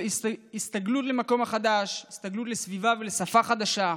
הסתגלות למקום החדש, הסתגלות לסביבה ולשפה חדשה,